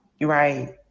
Right